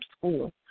school